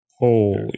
holy